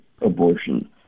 abortion